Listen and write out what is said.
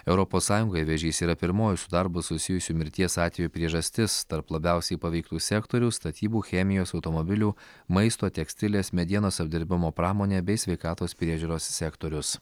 europos sąjungoje vėžys yra pirmoji su darbu susijusių mirties atvejų priežastis tarp labiausiai paveiktų sektorių statybų chemijos automobilių maisto tekstilės medienos apdirbimo pramonė bei sveikatos priežiūros sektorius